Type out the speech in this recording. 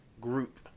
group